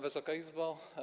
Wysoka Izbo!